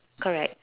correct